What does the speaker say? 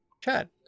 Chad